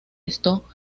esto